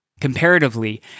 Comparatively